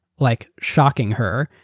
like shocking her.